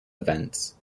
events